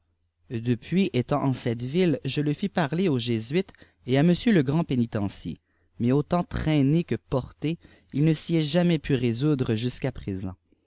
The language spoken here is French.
depuis étant en cette ville je lé fis parler aux jésuites et à m le grand pénitencier mate âtttatit tlraîùé jnê jfïttrté il ne s'y est jamais pu résoudre jusqu'à présent